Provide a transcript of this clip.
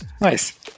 Nice